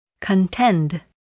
Contend